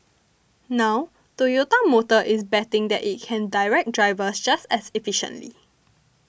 now Toyota Motor is betting that it can direct drivers just as efficiently